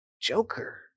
Joker